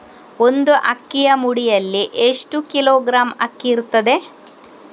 ಒಂದು ಅಕ್ಕಿಯ ಮುಡಿಯಲ್ಲಿ ಎಷ್ಟು ಕಿಲೋಗ್ರಾಂ ಅಕ್ಕಿ ಇರ್ತದೆ?